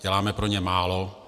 Děláme pro ně málo.